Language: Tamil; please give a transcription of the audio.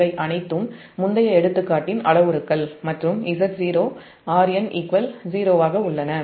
இவை அனைத்தும் முந்தைய எடுத்துக்காட்டின் அளவுருக்கள் மற்றும் z0 Rn 0 ஆக உள்ளன